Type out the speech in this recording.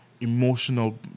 emotional